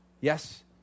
Yes